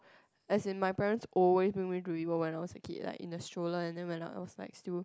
as in my parent's always bring me to vivo when I was a kid like in a stroller and then when i was like still